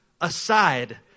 aside